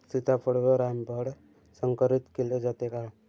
सीताफळ व रामफळ संकरित केले जाते का?